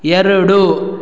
ಎರಡು